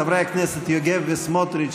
חברי הכנסת יוגב וסמוטריץ',